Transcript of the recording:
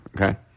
okay